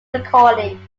recording